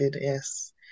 yes